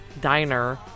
diner